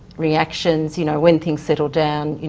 reactions. you know when things settle down,